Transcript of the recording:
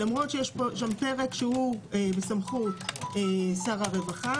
למרות שיש פה פרק שהוא בסמכות שר הרווחה,